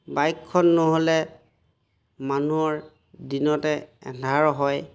বাইকখন নহ'লে মানুহৰ দিনতে আধাৰ হয়